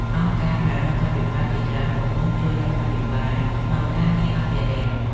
អង្គការក្រៅរដ្ឋាភិបាលជាច្រើនកំពុងជួយរដ្ឋាភិបាលក្នុងការងារអភិរក្ស។